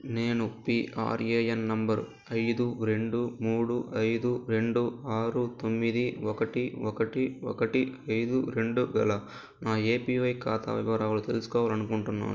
నేను PRAN number ఐదు రెండు మూడు ఐదు రెండు ఆరు తొమ్మిది ఒకటి ఒకటి ఒకటి ఐదు రెండు గల నా ఏపీవై ఖాతా వివరాలు తెలుసుకోవాలనుకుంటున్నాను